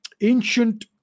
Ancient